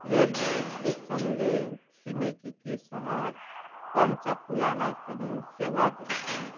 railway स्टेसनले छिमेकीकि सहर पञ्चकुलालाई पनि सेवा दिन्छ